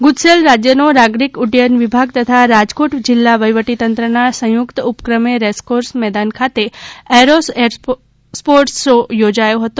ગુજસેલ રાજ્યનો નાગરિક ઉડ્ડયન વિભાગ તથા રાજકોટ જિલ્લા વહિવટીતંત્રના સંયુક્ત ઉપક્રમે રેસકોર્સ મેદાન ખાતે એરો સ્પોર્ટસ શો યોજાયો હતો